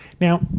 Now